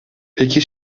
pek